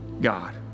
God